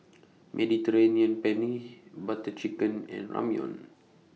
Mediterranean Penne Butter Chicken and Ramyeon